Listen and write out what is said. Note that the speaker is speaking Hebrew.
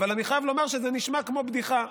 אבל אני חייב לומר שזה נשמע כמו בדיחה: